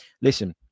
listen